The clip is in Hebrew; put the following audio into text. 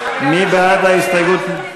ההסתייגות (11)